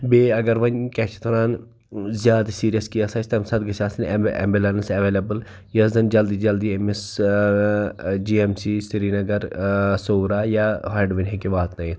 بیٚیہِ اَگر وۄنۍ کیاہ چھِ اَتھ وَنان زیادٕ سیٖریَس کیس آسہِ تَمہِ ساتہٕ گژھہِ آسٕنۍ ایٚمبہٕ ایٚمبلٕیٚنٕس ایٚولیبٕل یۄس زَن جلدی جلدی أمِس ٲں جی ایٚم سی سریٖنَگر ٲں صورہ یا ہیٚڈوٕنۍ ہیٚکہِ واتنٲیِتھ